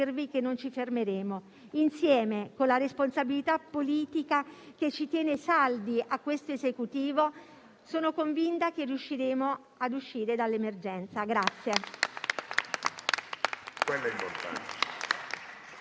che non ci fermeremo. Insieme, con la responsabilità politica che ci tiene saldi a questo Esecutivo, sono convinta che riusciremo ad uscire dall'emergenza